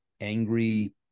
angry